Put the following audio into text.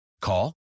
Call